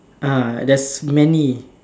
ah there's many